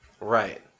Right